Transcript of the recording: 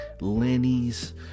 Lenny's